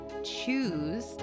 choose